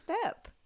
step